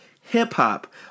hip-hop